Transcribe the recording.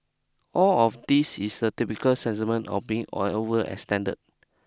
all of this is the typical sentiment of being or overextended